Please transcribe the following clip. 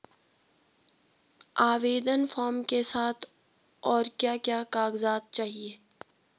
आवेदन फार्म के साथ और क्या क्या कागज़ात चाहिए?